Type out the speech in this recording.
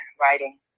writing